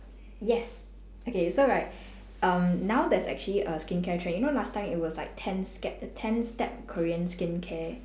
yes okay so right um now there's actually a skincare trend you know last time it was like ten step ten step korean skincare